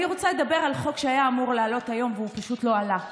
אני רוצה לדבר על חוק שהיה אמור לעלות היום והוא פשוט לא עלה.